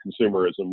consumerism